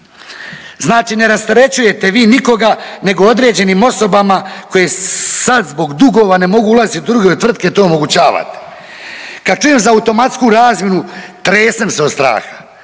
Znači ne rasterećujete vi nikoga nego određenim osobama koje sad zbog dugova ne mogu ulaziti u druge tvrtke to omogućavate. Kad čujem za automatsku razmjenu tresem se od straha.